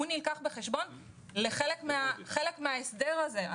נלקח בחשבון כחלק מן ההסדר הזה.